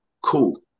cool